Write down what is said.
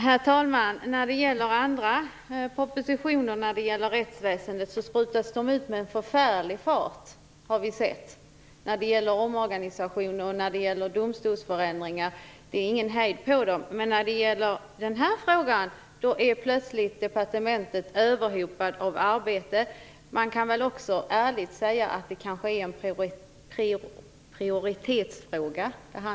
Herr talman! Vi har sett att andra propositioner som gäller rättsväsendet sprutas ut med en förfärlig fart. Det kan gälla omorganisationer och domstolsförändringar - det är ingen hejd på detta. Men när det gäller den här frågan är departementet plötsligt överhopat av arbete. Man kan väl ärligt säga att det kanske handlar om en prioritetsfråga.